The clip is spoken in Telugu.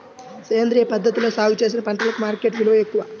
సేంద్రియ పద్ధతిలో సాగు చేసిన పంటలకు మార్కెట్ విలువ ఎక్కువ